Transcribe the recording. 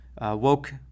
woke